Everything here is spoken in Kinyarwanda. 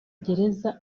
gereza